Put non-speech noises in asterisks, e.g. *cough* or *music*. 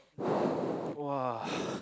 *breath* !wah!